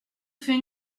fait